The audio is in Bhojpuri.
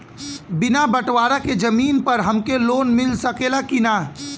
बिना बटवारा के जमीन पर हमके लोन मिल सकेला की ना?